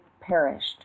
perished